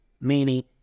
meaning